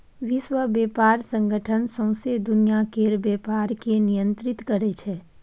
विश्व बेपार संगठन सौंसे दुनियाँ केर बेपार केँ नियंत्रित करै छै